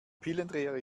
pillendreher